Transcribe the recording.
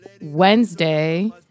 Wednesday